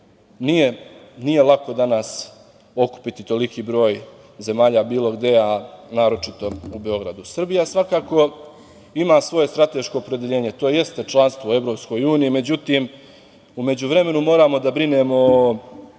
nije lako danas okupiti toliki broj zemalja bilo gde, a naročito u Beogradu. Srbija svakako ima svoje strateško opredeljenje. To jeste članstvo u Evropskoj uniji, međutim u međuvremenu moramo da brinemo o